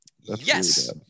Yes